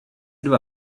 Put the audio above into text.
dva